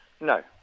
No